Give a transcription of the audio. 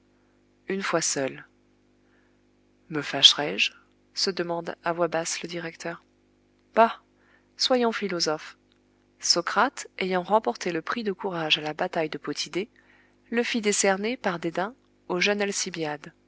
une fois seul me fâcherai je se demande à voix basse le directeur bah soyons philosophe socrate ayant remporté le prix de courage à la bataille de potidée le fit décerner par dédain au jeune